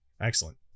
Excellent